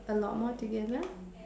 a lot more together